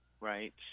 right